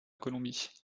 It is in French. colombie